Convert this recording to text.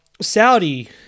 Saudi